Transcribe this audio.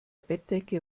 bettdecke